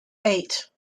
eight